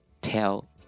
Tell